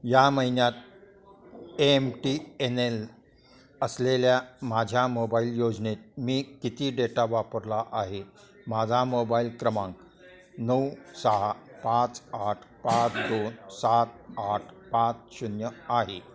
या महिन्यात M T N L असलेल्या माझ्या मोबाईल योजनेत मी किती डेटा वापरला आहे माझा मोबाईल क्रमांक नऊ सहा पाच आठ पाच दोन सात आठ पाच शून्य आहे